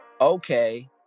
Okay